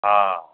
हा